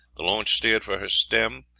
the launch steered for her stem,